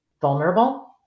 vulnerable